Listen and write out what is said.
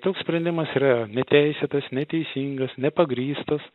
toks sprendimas yra neteisėtas neteisingas nepagrįstas